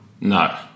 No